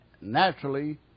naturally